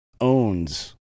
owns